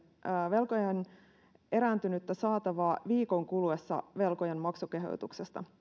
velkojan erääntynyttä saatavaa viikon kuluessa velkojan maksukehotuksesta